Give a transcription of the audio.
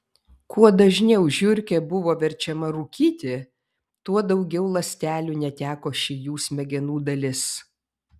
kuo dažniau žiurkė buvo verčiama rūkyti tuo daugiau ląstelių neteko ši jų smegenų dalis